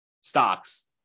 stocks